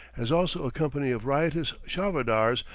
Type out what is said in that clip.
as also a company of riotous charvadars,